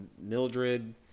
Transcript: Mildred